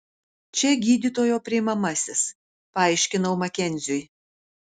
čia gydytojo priimamasis paaiškinau makenziui